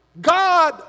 God